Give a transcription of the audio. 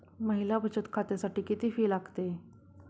महिला बचत खात्यासाठी किती फी लागते?